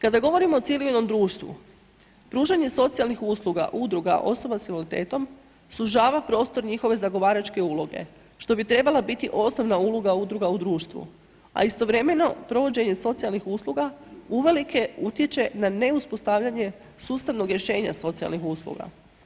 Kada govorimo o civilnom društvu, pružanje socijalnih usluga udruga osoba s invaliditetom, sužava prostor njihove zagovaračke uloge, što bi trebala biti osnovna uloga udruga u društvu, a istovremeno provođenje socijalnih usluga uvelike utječe na neuspostavljanje sustavnog rješenja socijalnih usluga.